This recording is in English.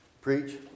preach